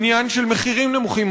עניין של מחירים נמוכים,